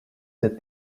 that